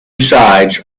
sides